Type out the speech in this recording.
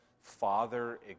father